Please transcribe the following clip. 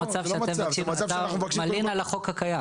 אתה מלין על החוק הקיים.